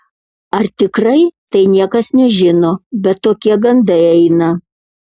ar tikrai tai niekas nežino bet tokie gandai eina